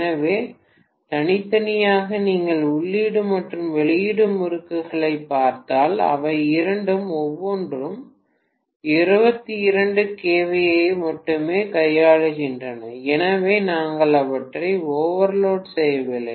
எனவே தனித்தனியாக நீங்கள் உள்ளீடு மற்றும் வெளியீட்டு முறுக்குகளைப் பார்த்தால் அவை இரண்டும் ஒவ்வொன்றும் 22 kVA ஐ மட்டுமே கையாளுகின்றன எனவே நாங்கள் அவற்றை ஓவர்லோட் செய்யவில்லை